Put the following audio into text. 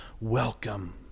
welcome